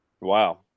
Wow